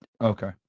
Okay